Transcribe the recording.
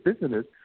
business